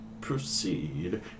proceed